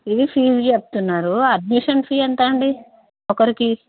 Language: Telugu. ఇది ఫీజు చెప్తున్నారు అడ్మిషన్ ఫీ ఎంతండి ఒకరికి